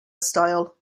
style